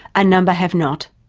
a number have not.